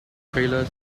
trailer